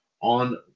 on